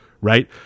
right